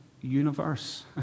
universe